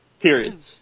period